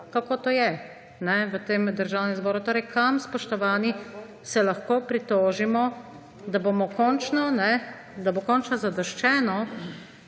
kako to je v tem državnem zboru. Torej kam, spoštovani, se lahko pritožimo, da bo končno zadoščeno